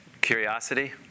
curiosity